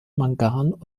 mangan